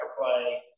play